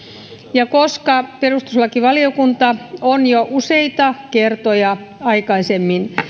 ja koska perustuslakivaliokunta on jo useita kertoja aikaisemmin